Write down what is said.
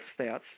stats